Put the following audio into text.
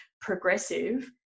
progressive